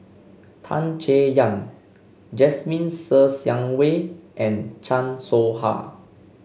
Tan Chay Yan Jasmine Ser Xiang Wei and Chan Soh Ha